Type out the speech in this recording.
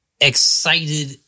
excited